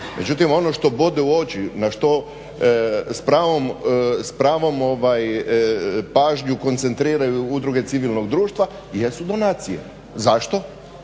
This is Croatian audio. Međutim ono što bode u oči na što s pravom pažnju koncentriraju udruge civilnog društva jesu donacije. Zašto?